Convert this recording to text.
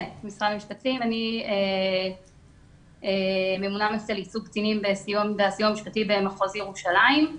אני ממונה על ייצוג קטינים בסיוע המשפטי במחוז ירושלים.